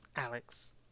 Alex